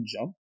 Jump